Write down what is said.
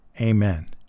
Amen